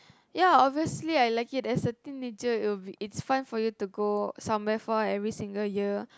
ya obviously I like it as a team nature it will be it's fun for you to go somewhere far every single year